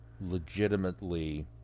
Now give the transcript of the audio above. legitimately